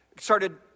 started